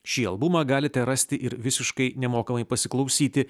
šį albumą galite rasti ir visiškai nemokamai pasiklausyti